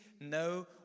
no